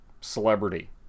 celebrity